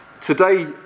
Today